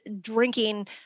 drinking